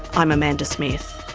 i'm amanda smith